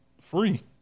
free